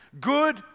good